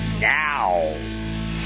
now